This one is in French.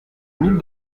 mille